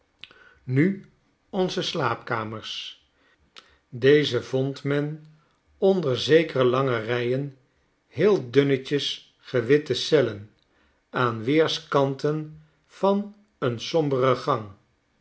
nu onze slaapkamers deze vond men onder zekere lange rijen heel dunnetjes gewitte cellen aan weerskanten van een sombere gang